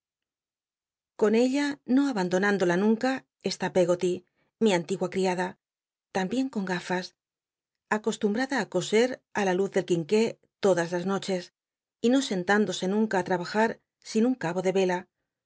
con ella no abandonándola nunca esui peggoty mi antigua criada tambien con gafas acostumbrada l coser la luz del qtünqué todas las noches y no sentándose nunca á trabajar sin un cabo de vela